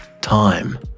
time